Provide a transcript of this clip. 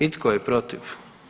I tko je protiv?